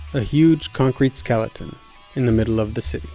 a huge concrete skeleton in the middle of the city.